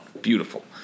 beautiful